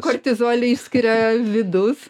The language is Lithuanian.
kortizoliį išsiskiria vidus